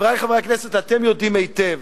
חברי חברי הכנסת, אתם יודעים היטב